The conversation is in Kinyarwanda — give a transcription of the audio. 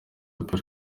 paul